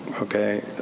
Okay